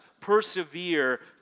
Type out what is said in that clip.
persevere